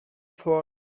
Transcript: for